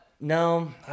no